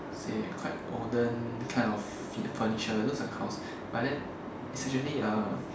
say quite olden kind of furniture it look like but then actually ah